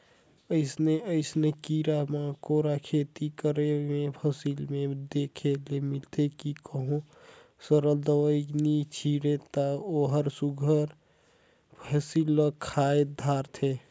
अइसे अइसे कीरा मकोरा खेती कर करे में फसिल में देखे ले मिलथे कि कहों सरलग दवई नी छींचे ता ओहर सुग्घर फसिल ल खाए धारथे